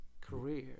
career